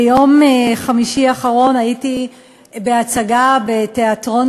ביום חמישי האחרון הייתי בהצגה בתיאטרון